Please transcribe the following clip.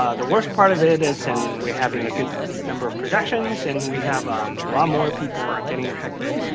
ah the worst part of it is, and we're having a good number of projections and we have um lot more people are getting infected.